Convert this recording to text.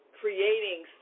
creating